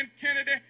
Kennedy